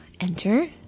enter